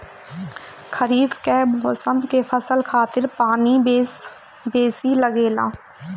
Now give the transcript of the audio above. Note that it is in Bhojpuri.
खरीफ कअ मौसम के फसल खातिर पानी बेसी लागेला